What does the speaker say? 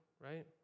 right